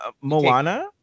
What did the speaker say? Moana